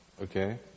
okay